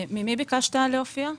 ממי ביקשת להופיע?